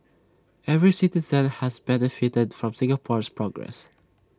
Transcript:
every citizen has benefited from Singapore's progress